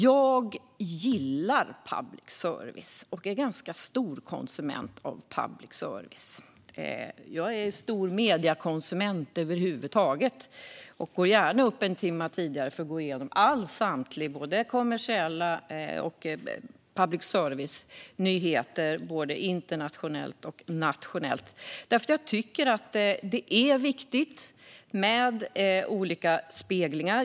Jag gillar public service. Jag är ganska stor konsument av public service. Jag är stor konsument av medier över huvud taget och går gärna upp en timme tidigare för att gå igenom samtliga nyheter, både kommersiella och från public service och både internationella och nationella. Jag tycker att det är viktigt med olika speglingar.